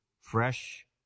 fresh